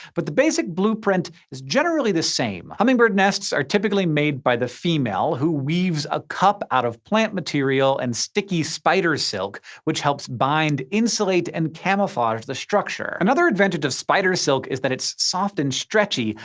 but the basic blueprint is generally the same. hummingbird nests are typically made by the female, who weaves a cup out of plant material and sticky spider silk, which helps bind, insulate, and camouflage the structure. another advantage of spider silk is that it's soft and stretchy,